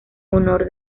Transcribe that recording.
honor